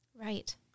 Right